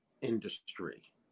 industry